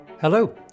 Hello